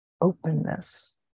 openness